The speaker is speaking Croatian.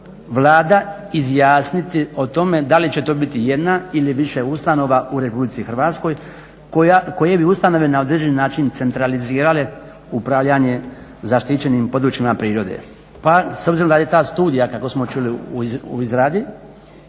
Vlada izjasniti o tome da li će to biti jedna ili više ustanova u RH koje bi ustanove na određeni način centralizirale upravljanje zaštićenim područjima prirode. Pa s obzirom da je ta studija kako smo čuli u izradi